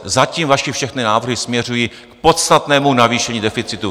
Zatím vaše všechny návrhy směřují k podstatnému navýšení deficitu.